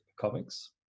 comics